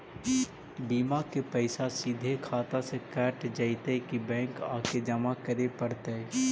बिमा के पैसा सिधे खाता से कट जितै कि बैंक आके जमा करे पड़तै?